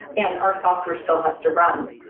and our software still has to run.